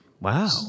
Wow